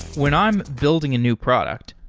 when i'm building a new product,